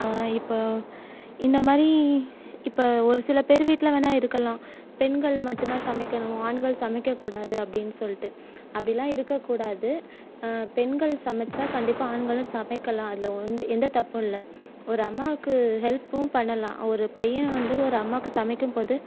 இப்போ இந்தமாதிரி இப்போ ஒரு சில பேரு வீட்டில் வேணால் இருக்கலாம் பெண்கள் மட்டும் தான் சமைக்கணும் ஆண்கள் சமைக்கக்கூடாது அப்படின்னு சொல்லிட்டு அப்படிலாம் இருக்கக்கூடாது பெண்கள் சமைச்சால் கண்டிப்பாக ஆண்களும் சமைக்கலாம் அதில் வந்து எந்த தப்பும் இல்லை ஒரு அம்மாவுக்கு ஹெல்ப்பும் பண்ணலாம் ஒரு பையன் வந்து ஒரு அம்மாவுக்கு சமைக்கும் போது